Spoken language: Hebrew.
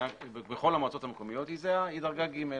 בכל המועצות המקומיות היא זהה, היא דרגה ג'.